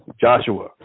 Joshua